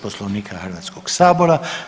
Poslovnika Hrvatskog sabora.